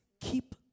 keep